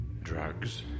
drugs